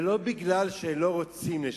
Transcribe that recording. ולא בגלל שלא רוצים לשלם,